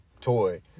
toy